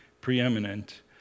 preeminent